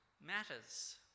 matters